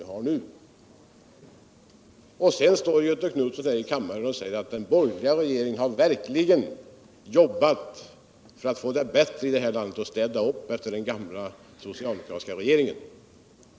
Med vetskap om detta står Göthe Knutson i kammaren och säger att den borgerliga regeringen verkligen har jobbat för att vi skall få det bättre i det här landet och att den har städat upp efter den gamla socialdemokratiska regeringen.